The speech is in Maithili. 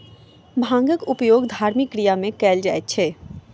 भांगक उपयोग धार्मिक क्रिया में कयल जाइत अछि